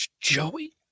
Joey